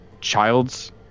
child's